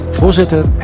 voorzitter